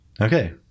Okay